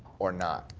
or not?